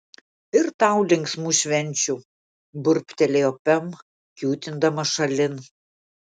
ir tau linksmų švenčių burbtelėjo pem kiūtindama šalin